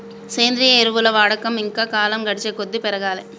సేంద్రియ ఎరువుల వాడకం ఇంకా కాలం గడిచేకొద్దీ పెరగాలే